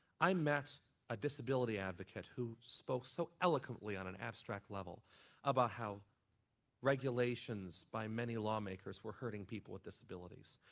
i met a disability advocate who spoke so eloquently on an abstract level about how regulations by many lawmakers were hurting people with disabilities.